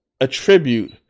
attribute